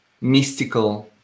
mystical